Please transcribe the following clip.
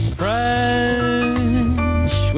fresh